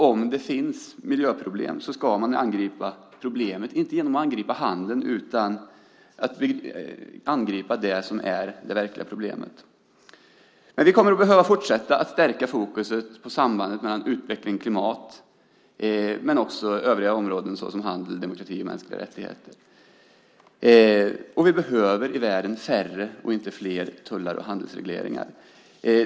Om det finns miljöproblem ska man angripa problemet, men inte genom att angripa handeln utan genom att angripa det som är det verkliga problemet. Vi kommer att behöva fortsätta att stärka fokuset på sambandet mellan utveckling och klimat men också övriga områden såsom handel, demokrati och mänskliga rättigheter. Vi behöver i världen färre och inte fler tullar och handelsregleringar.